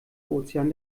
ozean